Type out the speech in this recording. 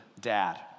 dad